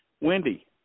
Wendy